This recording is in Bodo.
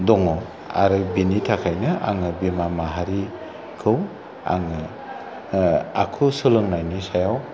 दङ आरो बेनि थाखायनो आङो बिमा माहारिखौ आङो आखु सोलोंनायनि सायाव